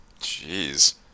jeez